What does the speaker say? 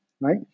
right